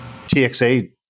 TXA